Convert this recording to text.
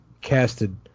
casted